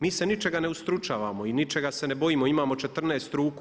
Mi se ničega ne ustručavamo i ničega se ne bojimo, imamo 14 ruku.